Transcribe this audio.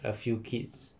a few kids